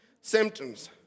Symptoms